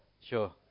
Sure